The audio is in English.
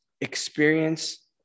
experience